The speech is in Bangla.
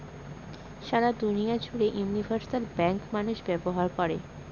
সারা দুনিয়া জুড়ে ইউনিভার্সাল ব্যাঙ্ক মানুষ ব্যবহার করে